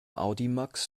audimax